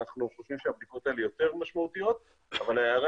אנחנו חושבים שהבדיקות האלה יותר משמעותיות אבל ההערה